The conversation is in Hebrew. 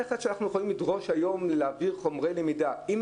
איך אנחנו יכולים לדרוש היום להעביר חומרי למידה עם